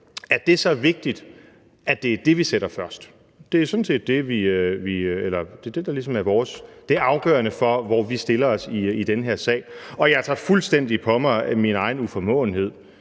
at det er det, vi sætter først? Det er det, der ligesom er det afgørende for os for, hvor vi stiller os i den her sag. Og jeg tager fuldstændig på mig min egen uformåenhed,